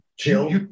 Chill